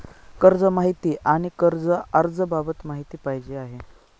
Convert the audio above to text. कर्ज माहिती आणि कर्ज अर्ज बाबत माहिती पाहिजे आहे